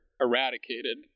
eradicated